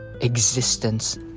existence